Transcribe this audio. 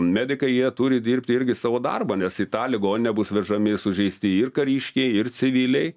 medikai jie turi dirbti irgi savo darbą nes į tą ligoninę bus vežami sužeisti ir kariškiai ir civiliai